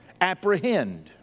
apprehend